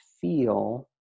feel